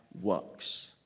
works